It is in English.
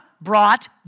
brought